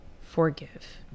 forgive